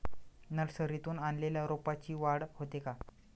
नर्सरीतून आणलेल्या रोपाची वाढ होते का?